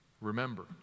Remember